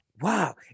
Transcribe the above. Wow